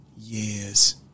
Years